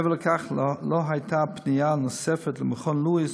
מעבר לכך לא הייתה פנייה נוספת למכון לואיס